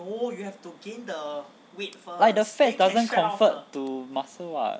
like the fat doesn't convert to muscle [what]